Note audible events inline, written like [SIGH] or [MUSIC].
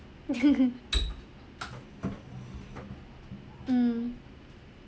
[LAUGHS] mm